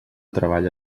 treball